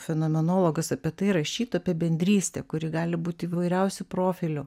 fenomenologas apie tai rašytų apie bendrystę kuri gali būti įvairiausių profilių